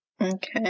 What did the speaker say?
Okay